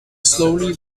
slowly